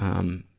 um,